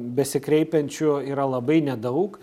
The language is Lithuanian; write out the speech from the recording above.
besikreipiančių yra labai nedaug